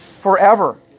forever